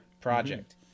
project